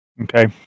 Okay